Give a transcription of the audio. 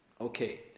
Okay